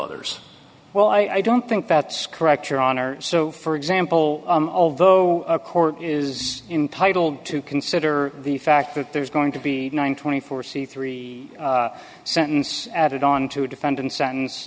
others well i don't think that's correct your honor so for example although a court is entitle to consider the fact that there's going to be one twenty four c three sentence added on to defend and sentence